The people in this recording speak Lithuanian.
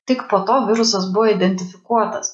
tik po to virusas buvo identifikuotas